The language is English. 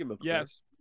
Yes